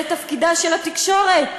זה תפקידה של התקשורת.